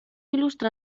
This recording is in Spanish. ilustra